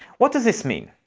what does this mean?